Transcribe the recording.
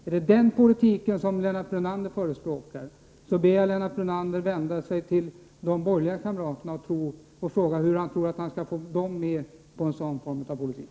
Om det är denna politik Lennart Brunander förespråkar ber jag honom att vända sig till de borgerliga kamraterna och fråga hur han kan få med dem på en sådan form av politik.